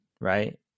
Right